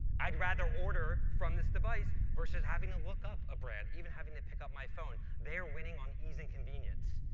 i'd rather order from this device versus having to look up a brand, even having to pick up my phone. they are winning on easy convenience.